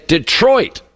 Detroit